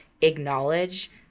acknowledge